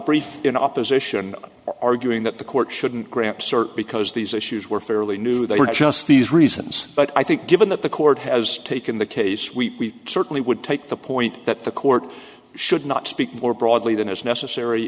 brief in opposition arguing that the court shouldn't grant cert because these issues were fairly new they were just these reasons but i think given that the court has taken the case we certainly would take the point that the court should not speak more broadly than is necessary